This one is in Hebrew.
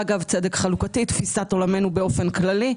אגב, צדק חלוקתי, תפיסת עולמנו באופן כללי.